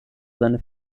seine